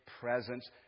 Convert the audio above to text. presence